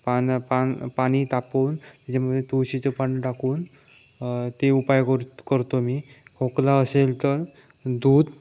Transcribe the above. पाण्या पान पाणी तापवून त्याच्यामध्ये तुळशीचे पान टाकून ते उपाय क करतो मी खोकला असेल तर दूध